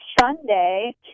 Sunday